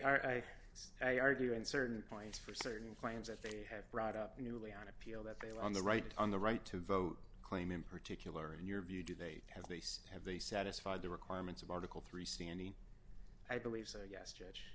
i i argue in certain points for certain claims that they have brought up newly on appeal that they were on the right on the right to vote claim in particular in your view do they have base have they satisfied the requirements of article three c any i believe so